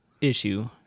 issue